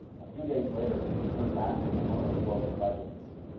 a few days later i heard back from the owner of woven legends.